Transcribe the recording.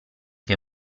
che